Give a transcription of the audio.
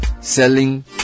selling